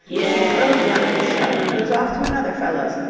she throws down his show and goes off to another fellow's.